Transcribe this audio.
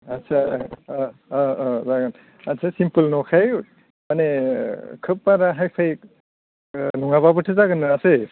आदसा जागोन आदसा सिमपोल न'खाय माने खोब बारा हाइ फाइ नङाब्लाबो जागोन नङासै